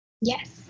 Yes